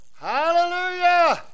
Hallelujah